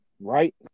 right